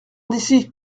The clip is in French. d’ici